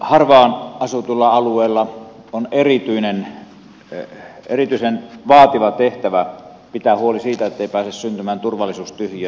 harvaan asutulla alueella on erityisen vaativa tehtävä pitää huoli siitä ettei pääse syntymään turvallisuustyhjiötä